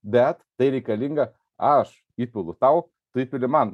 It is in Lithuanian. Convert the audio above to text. bet tai reikalinga aš įpilu tau tu įpili man